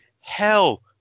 hell